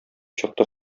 чыкты